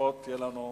ופחות צרות